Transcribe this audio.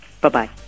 Bye-bye